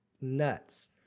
nuts